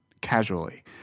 casually